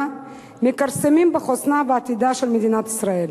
מכרסמים בחוסנה ובעתידה של מדינת ישראל.